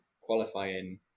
qualifying